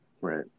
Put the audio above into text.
Right